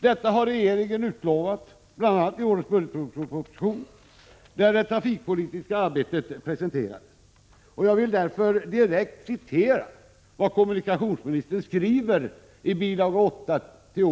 Detta har regeringen utlovat bl.a. i årets budgetproposition, där det trafikpolitiska arbetet presenterades. Jag vill därför direkt citera vad kommunikationsministern skriver i bil.